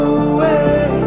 away